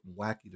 wacky